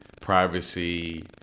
privacy